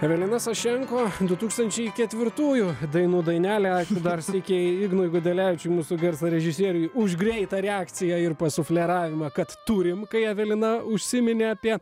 evelina sašenko du tūkstančiai ketvirtųjų dainų dainelė dar sykį ignui gudelevičiui mūsų garso režisieriui už greitą reakciją ir pasufleravimą kad turim kai evelina užsiminė apie